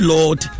Lord